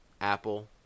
Apple